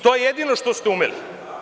To je jedino što ste umeli.